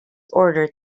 ordered